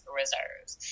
reserves